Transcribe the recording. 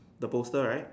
the poster right